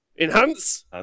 enhance